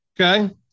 Okay